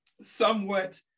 somewhat